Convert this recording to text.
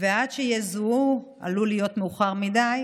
ועד שיזוהו עלול להיות מאוחר מדי,